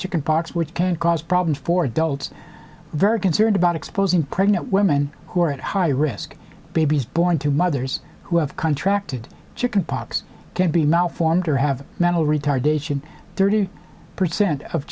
chicken pox which can cause problems for adults very concerned about exposing pregnant women who are at high risk babies born to mothers who have contracted chicken pox can't be malformed or have mental retardation thirty percent of